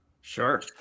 Sure